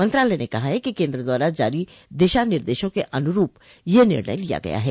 मंत्रालय ने कहा है कि केन्द्र द्वारा जारी दिशा निर्देशों के अन्रूप यह निर्णय लिया गया है